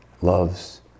loves